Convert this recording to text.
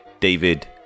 David